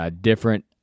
different